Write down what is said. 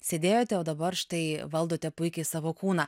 sėdėjote o dabar štai valdote puikiai savo kūną